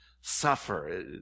suffer